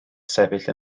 sefyll